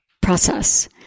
Process